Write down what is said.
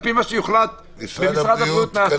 על פי מה שיוחלט במשרד הבריאות.